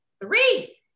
three